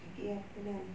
nanti kena